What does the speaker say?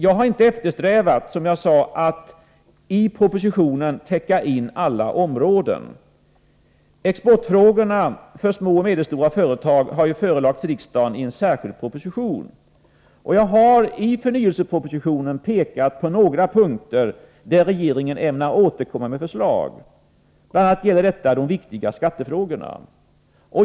Som jag sade tidigare har jag inte eftersträvat att i propositionen täcka in alla områden. Exportfrågorna när det gäller små och medelstora företag har ju förelagts riksdagen i en särskild proposition. I förnyelsepropositionen har jag pekat på några punkter, där regeringen ämnar återkomma med förslag. Bl.a. gäller detta de viktiga skattefrågorna.